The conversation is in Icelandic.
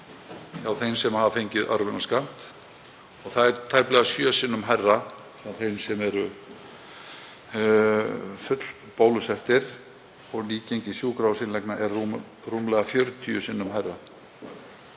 hjá þeim sem hafa fengið örvunarskammt og það er tæplega sjö sinnum hærra hjá þeim sem eru fullbólusettir og nýgengi sjúkrahúsinnlagna er rúmlega 40 sinnum hærra